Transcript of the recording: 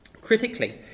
critically